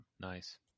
Nice